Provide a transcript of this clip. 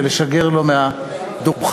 ולשגר לו מהדוכן,